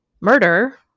murder